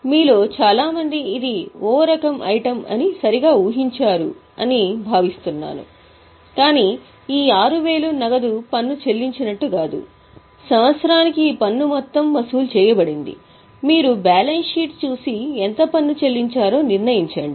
మీలో చాలామంది ఇది O రకం ఐటమ్ అని సరిగా ఊహించారు అని భావిస్తున్నాను కానీ ఈ 6000 ఇది నగదు పన్ను చెల్లించినట్లు కాదు సంవత్సరానికి ఈ పన్ను మొత్తం వసూలు చేయబడింది మీరు బ్యాలెన్స్ షీట్ చూసి ఎంత పన్ను చెల్లించారో నిర్ణయించండి